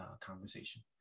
conversation